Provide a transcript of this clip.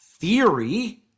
theory